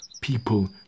people